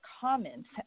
comments